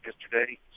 yesterday